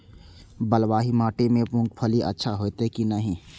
बलवाही माटी में मूंगफली अच्छा होते की ने?